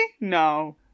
No